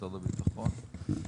משרד הביטחון.